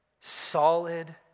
solid